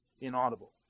inaudible